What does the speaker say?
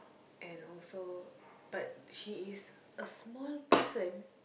and also but she is a small person